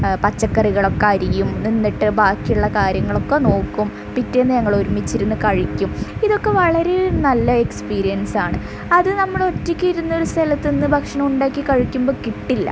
പച്ചക്കറികളൊക്കെ അരിയും എന്നിട്ട് ബാക്കിയുള്ള കാര്യങ്ങളൊക്കെ നോക്കും പിറ്റേന്ന് ഞങ്ങൾ ഒരുമിച്ച് ഇരുന്ന് കഴിക്കും ഇതൊക്കെ വളരെ നല്ല എക്സ്പീരിയൻസ് ആണ് അത് നമ്മൾ ഒറ്റയ്ക്ക് ഇരുന്ന് ഒരു സ്ഥലത്തുനിന്ന് ഭക്ഷണം ഉണ്ടാക്കി കഴിക്കുമ്പം കിട്ടില്ല